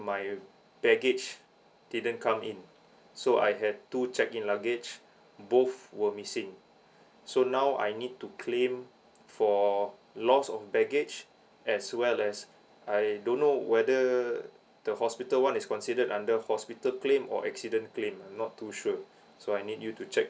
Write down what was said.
my baggage didn't come in so I had two checked in luggage both were missing so now I need to claim for loss of baggage as well as I don't know whether the hospital one is considered under hospital claim or accident claim I'm not too sure so I need you to check